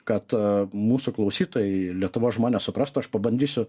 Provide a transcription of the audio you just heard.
kad mūsų klausytojai lietuvos žmonės suprastų aš pabandysiu